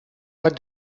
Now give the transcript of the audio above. what